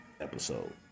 episode